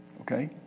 Okay